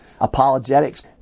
apologetics